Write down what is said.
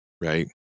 right